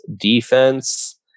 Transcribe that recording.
defense